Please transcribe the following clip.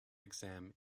exam